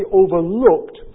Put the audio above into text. overlooked